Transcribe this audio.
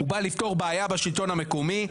הוא בא לפתור בעיה בשלטון המקומי,